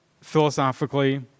philosophically